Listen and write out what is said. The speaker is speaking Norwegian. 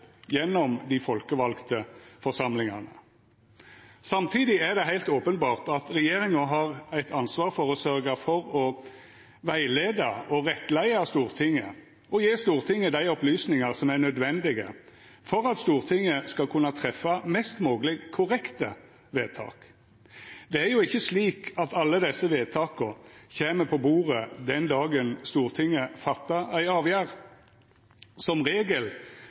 gjennom dei folkevalde forsamlingane. Samtidig er det heilt openbert at regjeringa har eit ansvar for å sørgja for å rettleia Stortinget og gje Stortinget dei opplysningane som er nødvendige for at Stortinget skal kunna treffa mest mogleg korrekte vedtak. Det er jo ikkje slik at alle desse vedtaka kjem på bordet den dagen Stortinget fattar ei avgjerd. Som regel